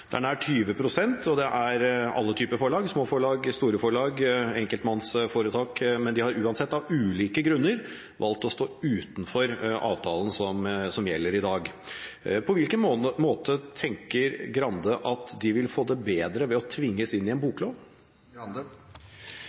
den eksisterende bokavtalen, har valgt å gjøre det frivillig. Det er nær 20 pst., og det er alle typer forlag – små forlag, store forlag, enkeltpersonforetak – men de har uansett av ulike grunner valgt å stå utenfor avtalen som gjelder i dag. På hvilken måte tenker Grande at de vil få det bedre ved å tvinges inn